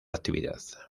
actividad